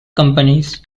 companies